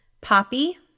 Poppy